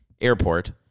airport